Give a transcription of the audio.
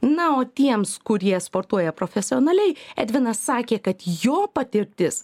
na o tiems kurie sportuoja profesionaliai edvinas sakė kad jo patirtis